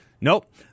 Nope